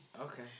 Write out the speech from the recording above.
Okay